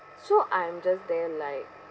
so I'm just there like